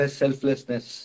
selflessness